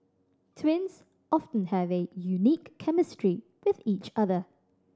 twins often have a unique chemistry with each other